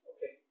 Okay